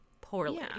poorly